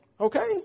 Okay